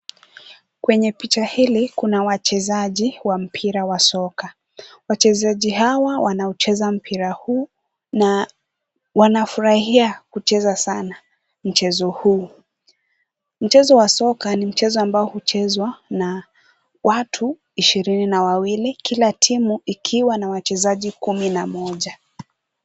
Kwenye picha hili kuna wachezaji wa mpira wa soka. Wachezaji hawa wanacheza mpira huu na wanafurahia kucheza sana mchezo huu. Mchezo wa soka ni mchezo ambao huchezwa na watu 22, kila timu ikiwa na wachezaji 11.